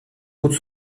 route